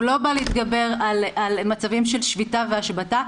הוא לא בא להתגבר על מצבים של שביתה והשבתה,